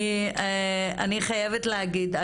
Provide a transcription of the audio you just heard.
אני חייבת להגיד,